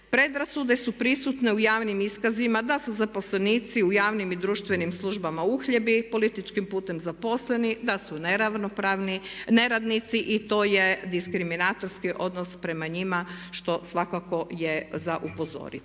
Predrasude su prisutne u javnim iskazima da su zaposlenici u javnim i društvenim službama uhljebi političkim putem zaposleni, da su neravnopravni, neradnici i to je diskriminatorski odnos prema njima što svakako je za upozoriti.